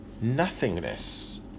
nothingness